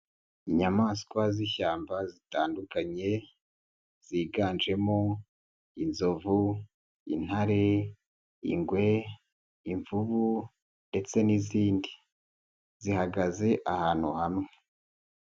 Inyamaswa z'ishyamba zitandukanye ziganjemo: inzovu, intare, ingwe, imvubu ndetse n'izindi. Zihagaze ahantu hamwe.